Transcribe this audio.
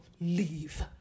leave